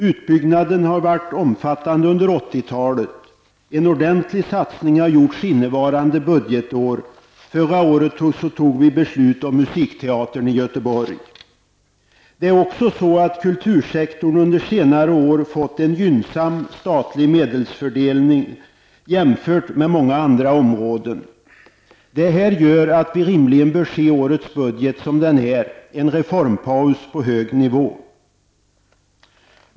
Utbyggnaden har varit omfattande under 80-talet. En ordentlig satsning har gjorts under innevarande budgetår. Förra året fattade vi beslut om musikteatern i Göteborg. Vidare har kultursektorn under senare år fått en gynnsam statlig medelstilldelning jämfört med många andra områden. Det här gör att vi rimligen bör se årets budget sådan den är -- som en reformpaus på hög nivå.